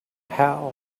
how